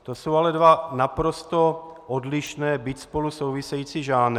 To jsou ale dva naprosto odlišné, byť spolu související žánry.